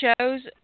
shows